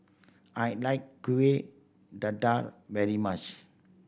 I like Kueh Dadar very much